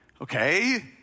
Okay